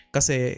Kasi